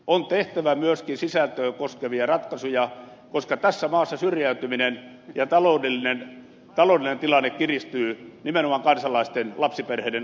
on tehtävä myöskin sisältöä koskevia ratkaisuja koska tässä maassa syrjäytyminen lisääntyy ja taloudellinen tilanne kiristyy nimenomaan kansalaisten lapsiperheiden arjen tasolla